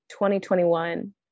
2021